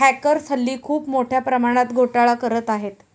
hackers हल्ली खूप मोठ्या प्रमाणात घोटाळा करत आहेत